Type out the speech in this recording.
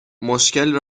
مشکل